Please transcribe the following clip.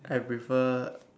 I prefer